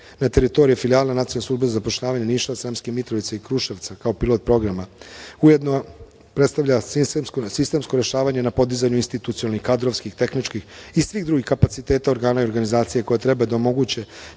na teritoriji filijale Nacionalne službe za zapošljavanje Niša, Sremske Mitrovice i Kruševca, kao pilot program ujedno, predstavlja sistemsko rešavanje na podizanju institucionalnih, kadrovski, tehničkih i svih drugih kapaciteta organa i organizacija koje treba da omoguće